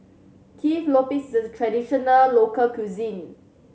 Kueh Lopes traditional local cuisine